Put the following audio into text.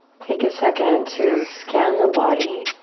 take a second to scan the body.